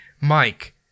Mike